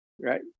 Right